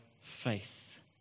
faith